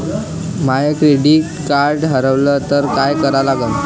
माय credit card हारवलं तर काय करा लागन?